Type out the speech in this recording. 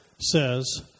says